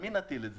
על מי נטיל את זה?